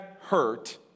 hurt